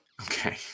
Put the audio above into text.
okay